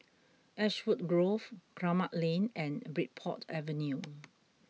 Ashwood Grove Kramat Lane and Bridport Avenue